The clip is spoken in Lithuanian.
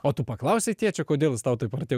o tu paklausei tėčio kodėl jis tau taip arti